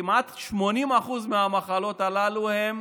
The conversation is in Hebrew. שכמעט 80% מהמחלות הללו הן